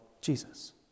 Jesus